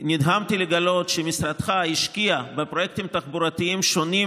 נדהמתי לגלות שמשרדך השקיע בפרויקטים תחבורתיים שונים